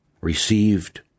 received